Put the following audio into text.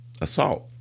assault